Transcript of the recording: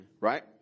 Right